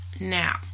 Now